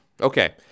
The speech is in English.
Okay